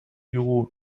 you